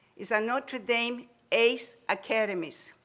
it's a notre dame ace academies.